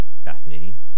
fascinating